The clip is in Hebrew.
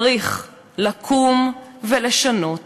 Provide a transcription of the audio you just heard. צריך לקום ולשנות.